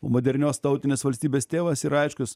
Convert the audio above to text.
modernios tautinės valstybės tėvas ir aiškus